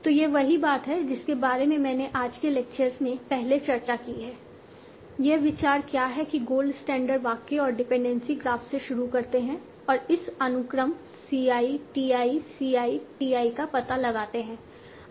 तो यह वही बात है जिसके बारे में मैंने आज के लेक्चर में पहले चर्चा की है यह विचार क्या है कि गोल्ड स्टैंडर्ड वाक्य और डिपेंडेंसी ग्राफ से शुरू करते हैं और इस अनुक्रम c i t i c i t i का पता लगाते हैं